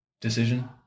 decision